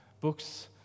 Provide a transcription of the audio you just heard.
books